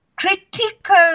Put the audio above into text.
critical